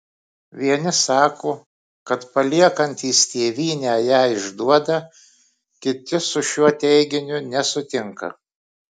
vieni sako kad paliekantys tėvynę ją išduoda kiti su šiuo teiginiu nesutinka